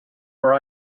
where